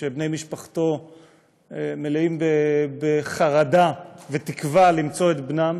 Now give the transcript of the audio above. כשבני משפחתו מלאים בחרדה ותקווה למצוא את בנם,